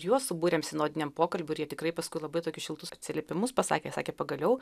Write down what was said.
juos subūrėm sinodiniam pokalbiui ir jie tikrai paskui labai tokius šiltus atsiliepimus pasakė sakė pagaliau